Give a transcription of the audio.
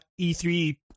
e3